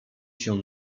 się